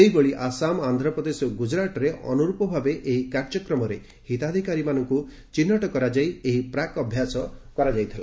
ସେହିଭଳି ଆସାମ ଆନ୍ଧ୍ରପ୍ରଦେଶ ଓ ଗୁଜ୍ଜରାଟ୍ରେ ଅନୁର୍ପ ଭାବେ ଏହି କାର୍ଯ୍ୟକ୍ରମରେ ହିତାଧିକାରୀ ଚିହ୍ନଟ କରାଯାଇ ଏହି ପ୍ରାକ୍ ଅଭ୍ୟାସ କରାଯାଇଥିଲା